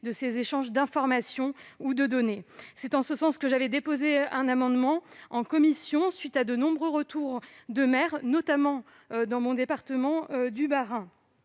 des échanges d'informations ou de données. C'est en ce sens que j'avais déposé un amendement en commission, à la suite de nombreux retours de maires, notamment de mon département du Bas-Rhin.